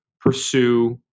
pursue